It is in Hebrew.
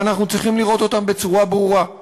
ואנחנו צריכים לראות אותם בצורה ברורה,